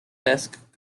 desk